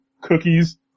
cookies